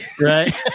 Right